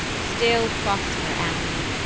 still prosper, amory!